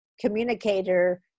communicator